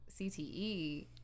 CTE